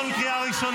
למה הם עדיין בעזה?